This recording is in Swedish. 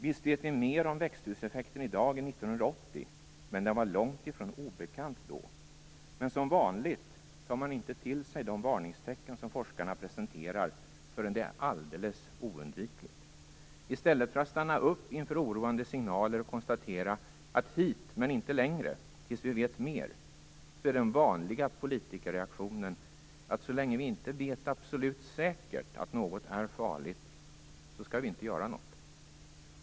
Visst vet vi mer om växthuseffekten i dag än 1980, men den var långt ifrån obekant då. Men som vanligt tar man inte till sig de varningstecken som forskarna presenterar förrän det är alldeles oundvikligt. I stället för att stanna upp inför oroande signaler och konstatera: hit men inte längre tills vi vet mer, är den vanliga politikerreaktionen att så länge vi inte vet absolut säkert att något är farligt skall vi inte göra något.